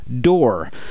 door